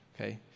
okay